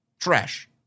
Trash